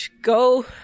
go